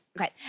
Okay